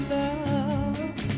love